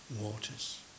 waters